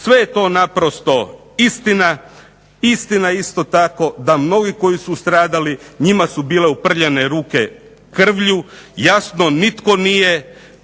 Sve je to naprosto istina. Istina je isto tako da mnogi koji su stradali njima su bile uprljane ruke krvlju, jasno nitko nije